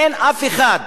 אין אף אחד,